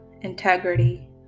integrity